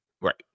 Right